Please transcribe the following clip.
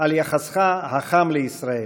על יחסך החם לישראל.